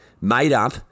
made-up